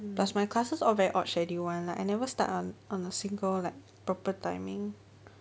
plus my classes all very odd schedule [one] like I never start on on a single like proper timing